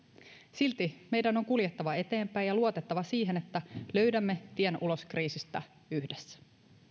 silti meidän on kuljettava eteenpäin ja luotettava siihen että löydämme tien ulos kriisistä yhdessä